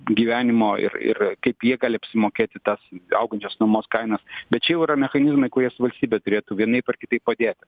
gyvenimo ir ir kaip jie gali apsimokėti tas augančias nuomos kainas bet čia jau yra mechanizmai kurie su valstybe turėtų vienaip ar kitaip padėti